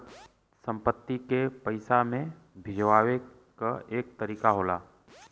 संपत्ति के पइसा मे भजावे क एक तरीका होला